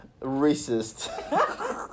racist